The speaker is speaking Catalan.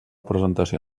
presentació